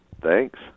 Thanks